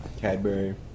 Cadbury